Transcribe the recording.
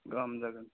गाहाम जागोन